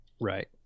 Right